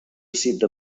received